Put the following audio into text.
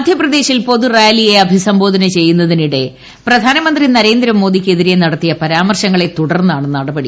മധ്യപ്രദേശിൽ പൊതുറാലിയെ അഭിസംബോധന ചെയ്യുന്നതിനിടെ പ്രധാനമന്ത്രി നരേന്ദ്രമോദി ക്കെതിരെ നടത്തിയ പരാമർശങ്ങളെ തുടർന്നാണ് നടപടി